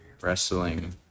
wrestling